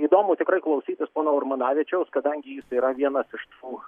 įdomu tikrai klausytis pono urmanavičiaus kadangi jis yra vienas iš tų